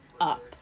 up